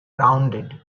rounded